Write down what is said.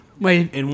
Wait